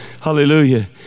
hallelujah